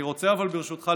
ברשותך,